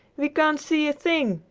we can't see a thing!